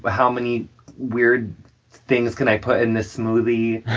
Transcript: but how many weird things can i put in this smoothie,